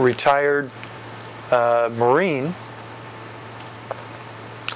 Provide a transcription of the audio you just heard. retired marine